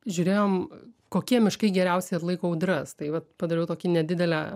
žiūrėjom kokie miškai geriausiai atlaiko audras tai vat padariau tokią nedidelę